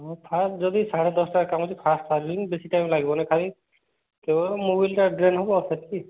ହଁ ଫାଷ୍ଟ୍ ଯଦି ସାଢ଼େ ଦଶଟାରେ କାମ ଅଛି ଫାଷ୍ଟ୍ ବେଶି ଟାଇମ୍ ଲାଗିବନି ଖାଲି କେବଳ ମୋବିଲିଟା ଡ୍ରେନ୍ ହବ ସେତିକି